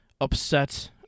upset